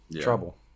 trouble